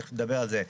ותיכף נדבר על זה,